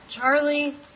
Charlie